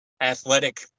athletic